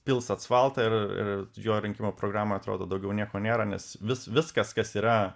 pils asfaltą ir ir jo rinkimų programa atrodo daugiau nieko nėra nes vis viskas kas yra